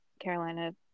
carolina